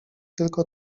tylko